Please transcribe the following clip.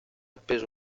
appeso